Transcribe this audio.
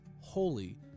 holy